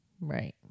Right